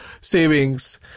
savings